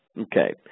Okay